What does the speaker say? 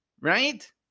right